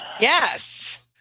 Yes